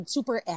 Super